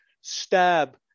stab